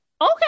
okay